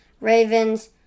Ravens